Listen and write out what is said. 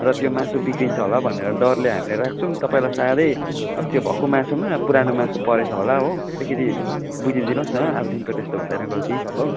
र त्यो मासु बिग्रिन्छ होला भनेर डरले हामीले राख्छौँ तपाईँलाई साह्रै अब त्यो भक्कु मासुमा पुरानो मासु परेछ होला हो अलिकती बुझिदिनुहोस् न अबदेखिको त्यस्तो हुँदैन गल्ती हो